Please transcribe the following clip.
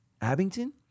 Abington